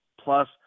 plus